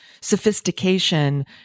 sophistication